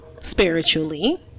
spiritually